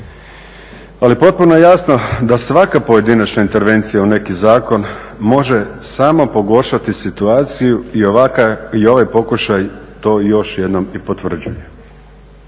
Ali potpuno je jasno da svaka pojedinačna intervencija u neki zakon može samo pogoršati situaciju i ovaj pokušaj to još jednom i potvrđuje.